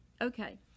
Okay